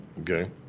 okay